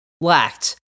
lacked